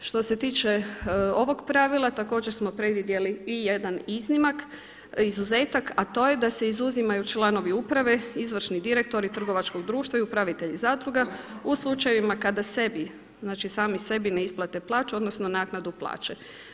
Što se tiče ovog pravila također smo predvidjeli i jedan iznimak, izuzetak, a to je da se izuzimaju članovi uprave, izvršni direktori trgovačkog društva i upravitelji zadruga u slučajevima kada sebi, znači sami sebi ne isplate plaću, odnosno naknadu plaće.